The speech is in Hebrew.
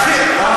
תאמין לי,